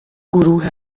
گروه